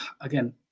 again